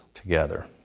together